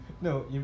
No